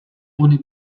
ony